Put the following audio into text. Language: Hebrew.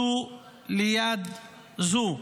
זו ליד זו.